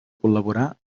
col·laborar